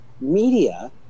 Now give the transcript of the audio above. media